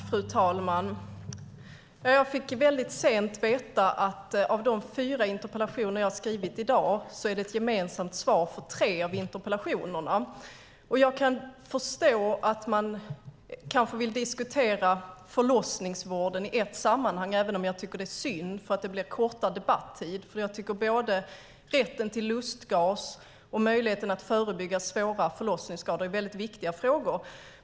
Fru talman! Jag fick sent veta att av de fyra interpellationer jag har skrivit är det i dag ett gemensamt svar på tre. Jag kan förstå att man vill diskutera förlossningsvården i ett sammanhang, även om jag tycker att det är synd eftersom det blir kortare debattid. Jag tycker att både rätten till lustgas och möjligheten att förebygga svåra förlossningsskador är viktiga frågor.